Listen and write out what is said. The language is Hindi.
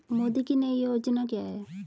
मोदी की नई योजना क्या है?